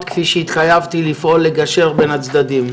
כפי שהתחייבתי לפעול ולגשר בין הצדדים.